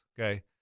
Okay